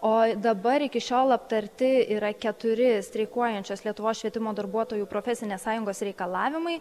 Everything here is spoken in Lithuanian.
o dabar iki šiol aptarti yra keturi streikuojančios lietuvos švietimo darbuotojų profesinės sąjungos reikalavimai